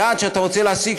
ליעד שאתה רוצה להשיג,